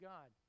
God